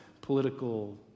political